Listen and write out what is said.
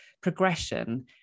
progression